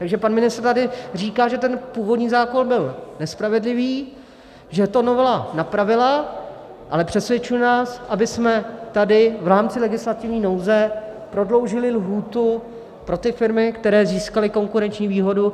Takže pan ministr tady říká, že ten původní zákon byl nespravedlivý, že to novela napravila, ale přesvědčuje nás, abychom tady v rámci legislativní nouze prodloužili lhůtu pro ty firmy, které získaly konkurenční výhodu.